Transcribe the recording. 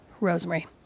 Rosemary